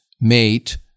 mate